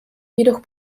jedoch